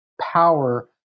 power